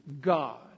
God